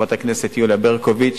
חברת הכנסת יוליה ברקוביץ